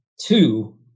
two